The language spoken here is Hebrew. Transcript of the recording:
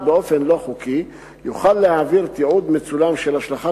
באופן לא חוקי יוכל להעביר תיעוד מצולם של השלכת